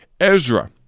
Ezra